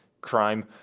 crime